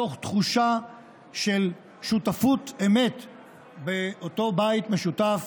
מתוך תחושה של שותפות אמת באותו בית משותף,